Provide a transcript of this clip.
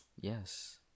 Yes